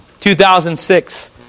2006